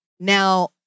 Now